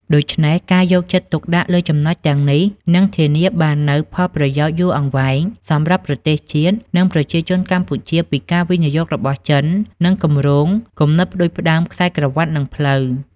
ដូច្នេះការយកចិត្តទុកដាក់លើចំណុចទាំងនេះនឹងធានាបាននូវផលប្រយោជន៍យូរអង្វែងសម្រាប់ប្រទេសជាតិ និងប្រជាជនកម្ពុជាពីការវិនិយោគរបស់ចិន និងគម្រោង គំនិតផ្ដួចផ្ដើមខ្សែក្រវាត់ និងផ្លូវ។